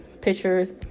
pictures